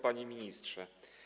Panie Ministrze!